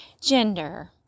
gender